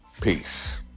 Peace